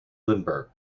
lindbergh